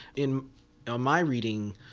in ah my reading,